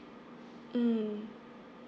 mm